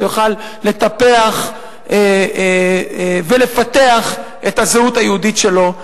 כדי שהוא יוכל לטפח ולפתח את הזהות היהודית שלו.